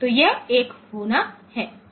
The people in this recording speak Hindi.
तो यह 1 होना है